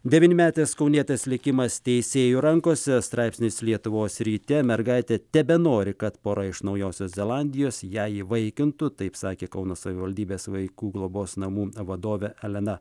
devynmetės kaunietės likimas teisėjų rankose straipsnis lietuvos ryte mergaitė tebenori kad pora iš naujosios zelandijos ją įvaikintų taip sakė kauno savivaldybės vaikų globos namų vadovė elena